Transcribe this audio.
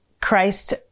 Christ